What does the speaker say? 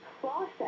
process